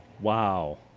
Wow